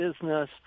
business